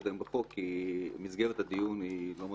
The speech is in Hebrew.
להתקדם בחוק כי מסגרת הדיון לא מספיקה.